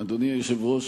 אדוני היושב-ראש,